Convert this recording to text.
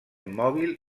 mòbil